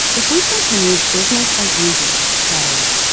if we continue business as usual that is,